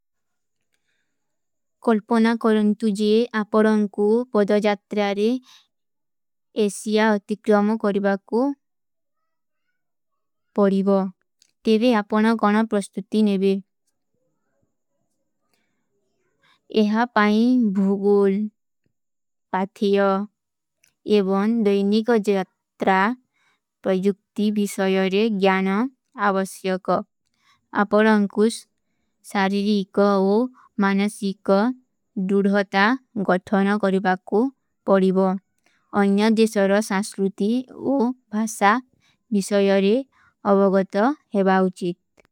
କୌଲ୍ପନା କରନ୍ତୁଝେ ଆପରଂକୂ ପଦଜାତ୍ରାରେ ଏସିଯା ଅତିକ୍ରାମ କରିବା କୌ ପରିବା। ତେଵେ ଆପନା ଗଣା ପ୍ରସ୍ତୁତି ନେଵେ। ଏହା ପାଈଂ ଭୁଗୋଲ, ପାଥିଯା ଏବନ ଦୈନିକ ଜାତ୍ରା ପ୍ରଜୁକ୍ତି ଵିଶଯରେ ଗ୍ଯାନା ଆଵସ୍ଯକ। ଆପରଂକୂ ସାରୀରୀ କା ଓ ମାନସୀ କା ଦୁଡହତା ଗଧନା କରିବା କୂ ପରିବା। ଅନ୍ଯା ଦେଶର ସାଂସ୍ରୂତି ଓ ଭାସା ଵିଶଯରେ ଅବଗତ ହେବା ଉଚିତ।